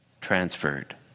transferred